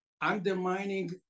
undermining